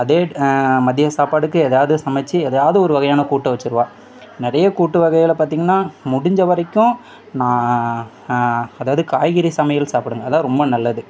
அதே மதியம் சாப்பாடுக்கு எதையாவது சமைச்சு எதையாவது ஒரு வகையான கூட்டை வச்சுடுவா நிறைய கூட்டு வகையில் பார்த்திங்கன்னா முடிஞ்சவரைக்கும் நான் அதாவது காய்கறி சமையல் சாப்பிடுங்க அதுதான் ரொம்ப நல்லது